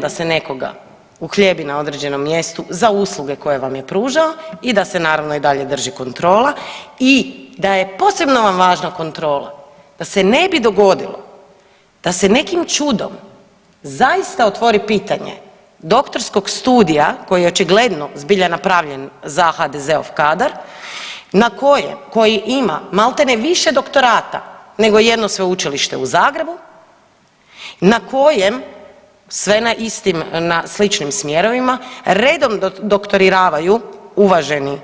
da se nekoga uhljebi na određenom mjestu za usluge koje vam je pružao i da se naravno i dalje drži kontrole i da je posebno vam važna kontrola da se ne bi dogodilo da se nekim čudom zaista otvori pitanje doktorskog studija koji je očigledno zbilja napravljen za HDZ-ov kadar koji ima maltene više doktorata nego jedno sveučilište u Zagrebu na kojem sve na sličnim smjerovima redom doktoriravaju uvaženi